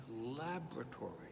laboratory